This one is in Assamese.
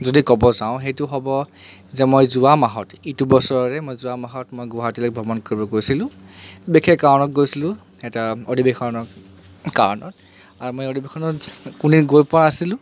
যদি ক'ব যাওঁ সেইটো হ'ব যে মই যোৱা মাহত ইটো বছৰৰে মই যোৱা মাহত মই গুৱাহাটীলৈ ভ্ৰমণ কৰিবলৈ গৈছিলোঁ বিশেষ কাৰণত গৈছিলোঁ এটা অধিৱেশনত কাৰণত আৰু মই এই অধিৱেশনত কোনোদিন গৈ পোৱানাছিলোঁ